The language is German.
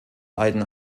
leiden